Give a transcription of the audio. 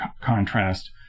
contrast